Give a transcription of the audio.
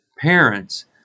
parents